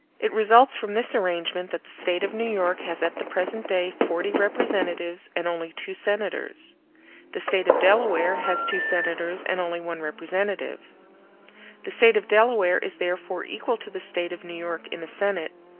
it results from this arrangement that the state of new york has at the present day forty representatives and only two senators the state of delaware has two senators and only one representative the state of delaware is therefore equal to the state of new york in the senate,